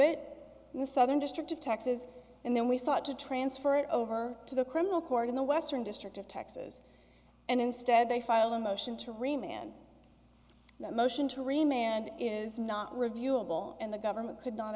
it in the southern district of texas and then we sought to transfer it over to the criminal court in the western district of texas and instead they filed a motion to remain in motion to remain and is not reviewable and the government could not